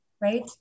right